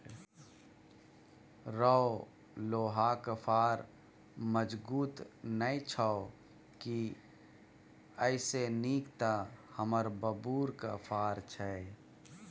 रौ लोहाक फार मजगुत नै छौ की एइसे नीक तँ हमर बबुरक फार छै